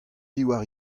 diwar